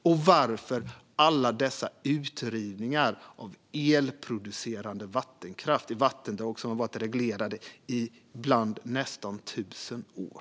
Och varför alla dessa utrivningar av elproducerande vattenkraft i vattendrag som har varit reglerade i ibland nästan tusen år?